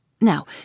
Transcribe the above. Now